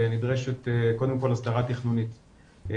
נדרשת קודם כל הסדרה תכנונית,